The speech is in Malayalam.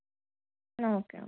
എന്നാൽ ഓക്കെ ഓക്കെ